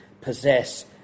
possess